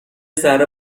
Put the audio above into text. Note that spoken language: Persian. ذره